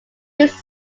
used